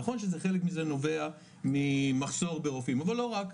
נכון שחלק מזה נובע ממחסור ברופאים, אבל לא רק.